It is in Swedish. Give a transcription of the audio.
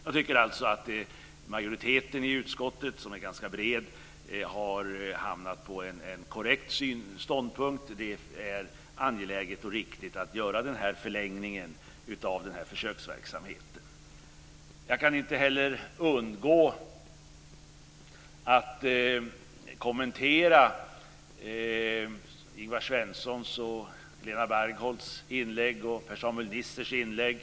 Jag tycker alltså att majoriteten i utskottet, som är ganska bred, har hamnat på en korrekt ståndpunkt. Det är angeläget och riktigt att göra den här förlängningen av försöksverksamheten. Jag kan inte heller undgå att kommentera Ingvar Svenssons, Helena Bargholtz och Per-Samuel Nissers inlägg.